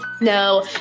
No